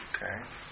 Okay